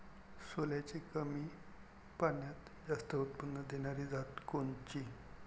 सोल्याची कमी पान्यात जास्त उत्पन्न देनारी जात कोनची?